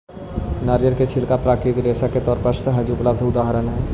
नरियर के छिलका प्राकृतिक रेशा के तौर पर सहज उपलब्ध उदाहरण हई